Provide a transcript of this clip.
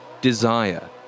desire